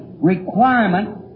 requirement